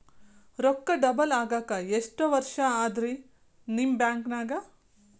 ರೊಕ್ಕ ಡಬಲ್ ಆಗಾಕ ಎಷ್ಟ ವರ್ಷಾ ಅದ ರಿ ನಿಮ್ಮ ಬ್ಯಾಂಕಿನ್ಯಾಗ?